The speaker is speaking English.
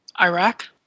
Iraq